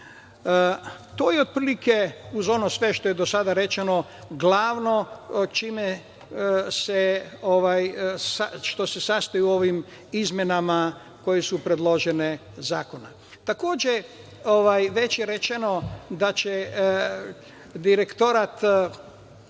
To je otprilike, uz ono sve što je do sada rečeno, glavno što se sastoji u ovim izmenama koje su predložene u zakonu. Takođe, već je rečeno da će Direktorat